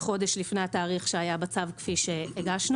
חודש לפני התאריך שהיה בצו כפי שהגשנו.